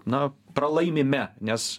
na pralaimime nes